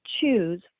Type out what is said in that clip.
choose